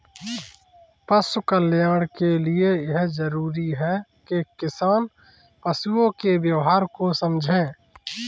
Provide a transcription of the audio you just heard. पशु कल्याण के लिए यह जरूरी है कि किसान पशुओं के व्यवहार को समझे